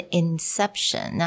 inception